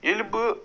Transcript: ییٚلہِ بہٕ